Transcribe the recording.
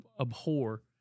abhor